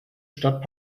stadt